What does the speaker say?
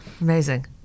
Amazing